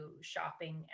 shopping